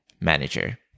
manager